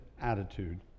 attitude